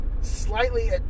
slightly